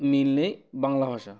মিললে বাংলা ভাষা